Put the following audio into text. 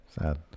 Sad